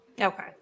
Okay